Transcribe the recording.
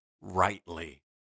rightly